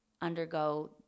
undergo